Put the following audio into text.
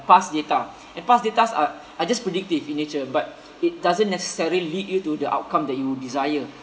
past data and past datas are are just predictive in nature but it doesn't necessarily lead you to the outcome that you desire